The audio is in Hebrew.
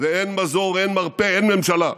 ואין מזור, אין מרפא, אין ממשלה,